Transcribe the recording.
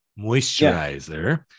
moisturizer